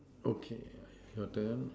okay I your turn